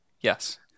yes